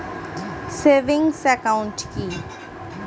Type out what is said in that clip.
Savings account কি?